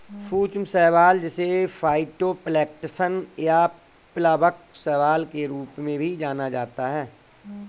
सूक्ष्म शैवाल जिसे फाइटोप्लैंक्टन या प्लवक शैवाल के रूप में भी जाना जाता है